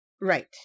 Right